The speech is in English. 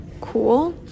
cool